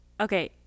Okay